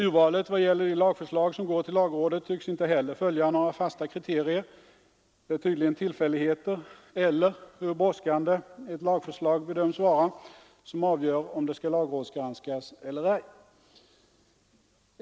Urvalet av de förslag som går till lagrådet tycks heller inte följa några fasta kriterier. Det är tydligen tillfälligheter eller den brådska med vilken lagförslaget bedöms böra behandlas som avgör om förslaget skall granskas eller ej.